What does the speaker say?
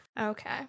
Okay